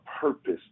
purpose